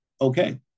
okay